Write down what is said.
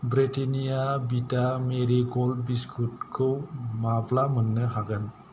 Britannia बिटा Marie Gold बिस्कुटखौ माब्ला मोन्नो हागोन